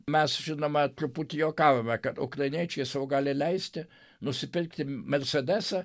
mes žinoma truputį juokavome kad ukrainiečiai sau gali leisti nusipirkti mersedesą